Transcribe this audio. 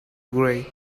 gray